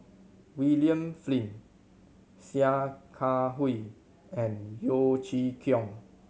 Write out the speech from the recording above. William Flint Sia Kah Hui and Yeo Chee Kiong